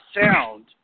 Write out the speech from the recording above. sound